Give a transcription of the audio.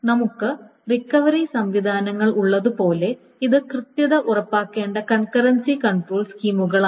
നമുക്ക് റിക്കവറി സംവിധാനങ്ങൾ ഉള്ളതുപോലെ ഇത് കൃത്യത ഉറപ്പാക്കേണ്ട കൺകറൻസി കൺട്രോൾ സ്കീമുകളാണ്